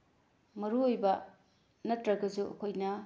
ꯃꯔꯨ ꯑꯣꯏꯕ ꯅꯠꯇ꯭ꯔꯒꯁꯨ ꯑꯩꯈꯣꯏꯅ